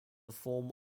form